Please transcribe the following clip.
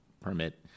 permit